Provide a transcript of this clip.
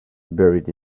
buried